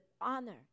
honor